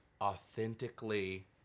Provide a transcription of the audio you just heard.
authentically